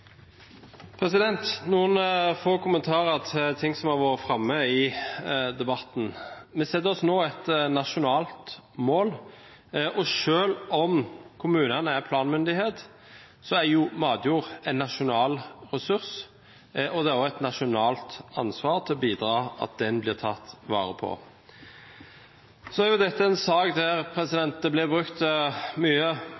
noen få kommentarer til ting som har vært framme i debatten. Vi setter oss nå et nasjonalt mål, og selv om kommunene er planmyndighet, er jo matjord en nasjonal ressurs og det er også et nasjonalt ansvar å bidra til at den blir tatt vare på. Så er dette en sak der det blir brukt mye